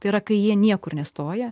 tai yra kai jie niekur nestoja